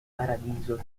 paradiso